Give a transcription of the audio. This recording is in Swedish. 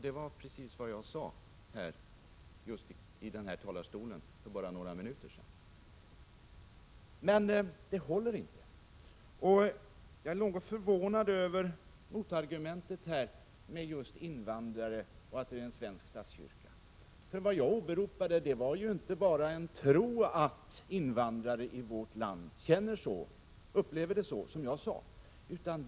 Det var precis det jag sade i den här talarstolen för bara några minuter sedan. Men det håller inte. Jag är något förvånad över att Anita Johanssons argument just gäller invandrare och den svenska statskyrkan. Det jag åberopade var inte bara en tro att invandrare i vårt land upplever situationen på det sätt jag sade.